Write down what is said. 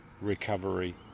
recovery